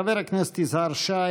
חבר הכנסת יזהר שי,